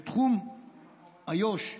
בתחום איו"ש,